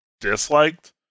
disliked